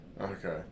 Okay